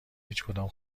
هیچکدام